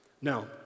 Now